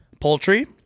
poultry